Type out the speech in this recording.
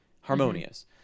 harmonious